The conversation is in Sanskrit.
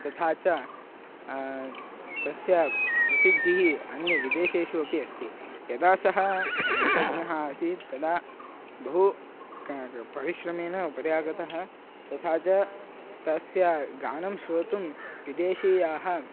तथा च तस्य प्रसिद्धिः अन्य विदेशेषु अपि अस्ति यदा सः सङ्गीतज्ञः आसीत् तदा बहु का परिश्रमेण उपरि आगतः तथा च तस्य गानं श्रोतुं विदेशीयाः